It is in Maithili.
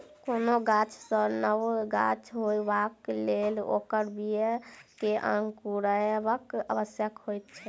कोनो गाछ सॅ नव गाछ होयबाक लेल ओकर बीया के अंकुरायब आवश्यक होइत छै